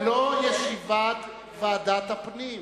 זה לא ישיבת ועדת הפנים.